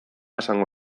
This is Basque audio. esango